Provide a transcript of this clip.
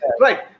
Right